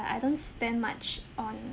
I don't spend much on